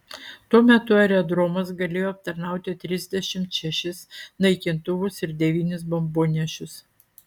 tuo metu aerodromas galėjo aptarnauti trisdešimt šešis naikintuvus ir devynis bombonešius